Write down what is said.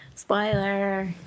spoiler